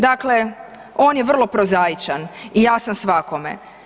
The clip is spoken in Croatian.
Dakle, on je vrlo prozaičan i jasan svakome.